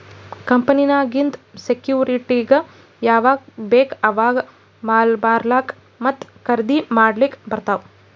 ಕಂಪನಿನಾಗಿಂದ್ ಸೆಕ್ಯೂರಿಟಿಸ್ಗ ಯಾವಾಗ್ ಬೇಕ್ ಅವಾಗ್ ಮಾರ್ಲಾಕ ಮತ್ತ ಖರ್ದಿ ಮಾಡ್ಲಕ್ ಬಾರ್ತುದ್